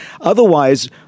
Otherwise